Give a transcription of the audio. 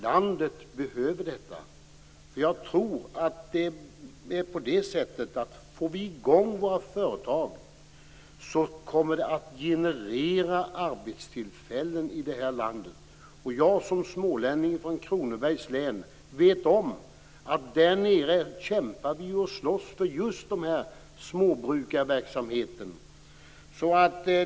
Får vi i gång företagen kommer det att generera arbetstillfällen. Som smålänning från Kronobergs län vet jag att där nere kämpar man och slåss för just småbrukarverksamheten.